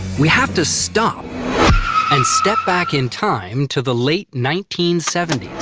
we have to stop and step back in time to the late nineteen seventy s.